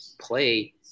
play –